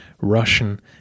Russian